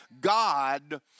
God